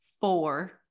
four